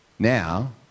Now